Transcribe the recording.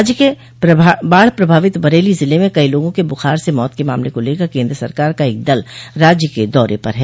राज्य के बाढ प्रभावित बरेली जिले में कई लोगों के बुखार से मौत के मामले को लेकर केन्द्र सरकार का एक दल राज्य के दौरे पर हैं